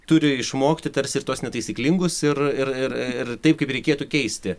turi išmokti tarsi ir tuos netaisyklingus ir ir taip kaip reikėtų keisti